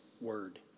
Word